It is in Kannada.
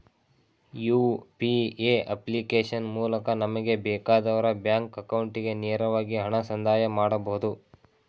ಯು.ಪಿ.ಎ ಅಪ್ಲಿಕೇಶನ್ ಮೂಲಕ ನಮಗೆ ಬೇಕಾದವರ ಬ್ಯಾಂಕ್ ಅಕೌಂಟಿಗೆ ನೇರವಾಗಿ ಹಣ ಸಂದಾಯ ಮಾಡಬಹುದು